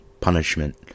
punishment